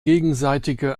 gegenseitige